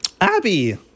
Abby